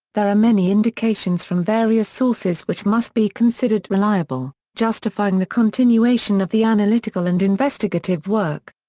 there are many indications from various sources which must be considered reliable, justifying the continuation of the analytical and investigative work.